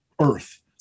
earth